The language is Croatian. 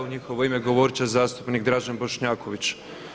U njihovo ime govorit će zastupnik Dražen Bošnjaković.